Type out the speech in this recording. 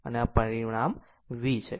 અને આ પરિણામ V છે